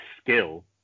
skill